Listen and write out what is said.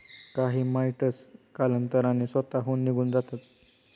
काही माइटस कालांतराने स्वतःहून निघून जातात